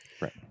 Right